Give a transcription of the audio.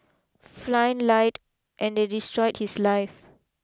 Flynn lied and they destroyed his life